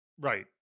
Right